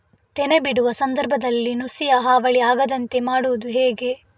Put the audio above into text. ತೆನೆ ಬಿಡುವ ಸಂದರ್ಭದಲ್ಲಿ ನುಸಿಯ ಹಾವಳಿ ಆಗದಂತೆ ಮಾಡುವುದು ಹೇಗೆ?